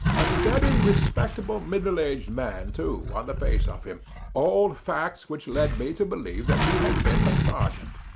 a steady, respectable, middle-aged man, too, on the face of him all facts which led me to believe that he had been a sergeant.